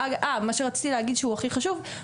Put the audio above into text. מה שרציתי להגיד שהוא הכי חשוב,